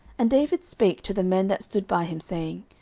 and david spake to the men that stood by him, saying,